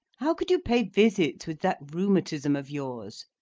how could you pay visits with that rheumatism of yours?